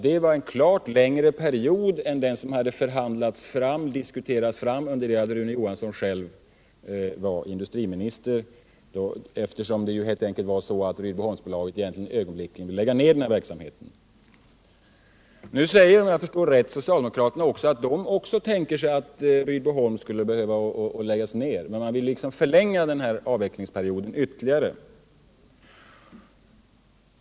Detta var en betydligt längre period än den som diskuterades fram medan Rune Johansson själv var industriminister. Det var helt enkelt så, att Rydboholm egentligen omedelbart ville lägga ned verksamheten. Om jag förstått socialdemokraterna rätt menar även de att Rydboholm skulle behöva läggas ned men att avvecklingsperioden bör förlängas ytterligare.